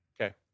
Okay